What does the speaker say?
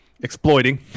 exploiting